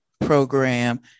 program